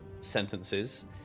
sentences